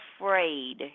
afraid